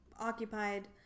occupied